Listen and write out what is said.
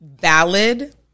valid